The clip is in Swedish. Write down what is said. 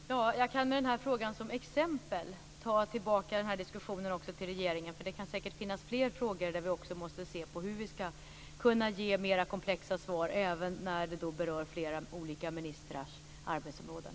Fru talman! Jag kan med denna fråga som exempel ta tillbaka diskussionen till regeringen. Det kan säkert finnas fler frågor som vi måste kunna ge mer komplexa svar på och som berör flera olika ministrars arbetsområden.